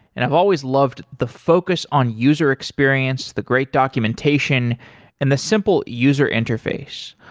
and i've always loved the focus on user experience, the great documentation and the simple user interface.